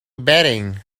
bedding